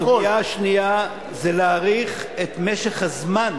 הסוגיה השנייה היא להאריך את משך הזמן